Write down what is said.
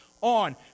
on